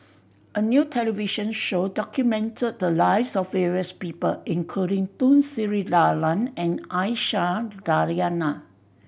a new television show documented the lives of various people including Tun Sri Lanang and Aisyah Lyana